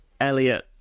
Elliot